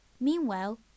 Meanwhile